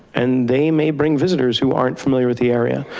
and they may bring visitors who aren't familiar with the area.